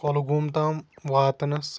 کۄلگوم تام واتنَس